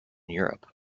europe